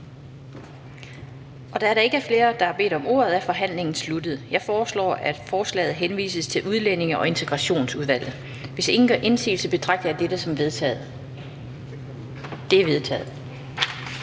Da der ikke er flere, der har bedt om ordet, er forhandlingen sluttet. Jeg foreslår, at forslaget til folketingsbeslutning henvises til Udlændinge- og Integrationsudvalget. Hvis ingen gør indsigelse, betragter jeg dette som vedtaget. Det er vedtaget.